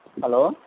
hello